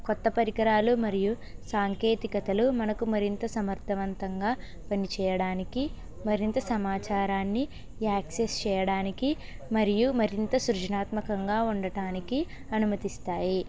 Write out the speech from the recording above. కొత్త పరికరాలు మరియు సాంకేతికతలు మనకు మరింత సమర్ధవంతంగా పనిచేయడానికి మరింత సమాచారాన్ని యాక్సెస్ చేయడానికి మరియు మరింత సృజనాత్మకంగా ఉండడానికి అనుమతిస్తాయి